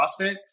CrossFit